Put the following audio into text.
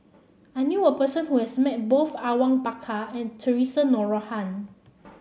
I knew a person who has met both Awang Bakar and Theresa Noronha